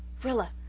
rilla!